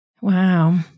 Wow